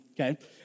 Okay